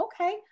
okay